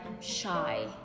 shy